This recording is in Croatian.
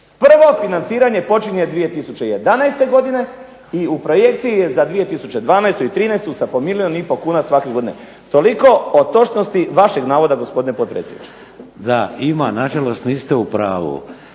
Prvo financiranje počinje 2011. i u projekciji je za 2012. i 2013. sa po milijun i pol kuna svake godine. Toliko o točnosti vašeg navoda gospodine potpredsjedniče. **Šeks, Vladimir (HDZ)** Da.